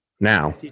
Now